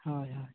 ᱦᱳᱭ ᱦᱳᱭ